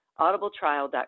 audibletrial.com